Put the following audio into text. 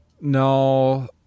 No